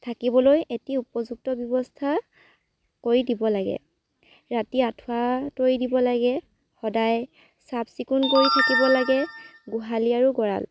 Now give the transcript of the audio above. থাকিবলৈ এটি উপযুক্ত ব্য়ৱস্থা কৰি দিব লাগে ৰাতি আঁঠুৱা তৰি দিব লাগে সদায় চাফ চিকুণ কৰি থাকিব লাগে গোহালি আৰু গঁড়াল